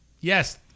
Yes